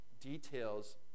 details